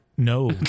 No